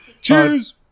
Cheers